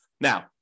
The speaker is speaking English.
Now